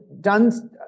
done